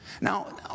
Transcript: Now